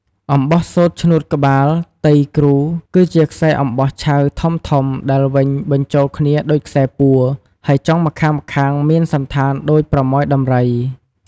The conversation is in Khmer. អំបោះសូត្រឈ្នួតក្បាល "ទៃគ្រូ" គឺជាខ្សែអំបោះឆៅធំៗដែលវេញបញ្ចូលគ្នាដូចខ្សែពួរ ហើយចុងម្ខាងៗមានសណ្ឋានដូចប្រមោយដំរី។